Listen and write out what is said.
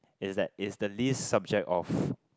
is that is the least subject of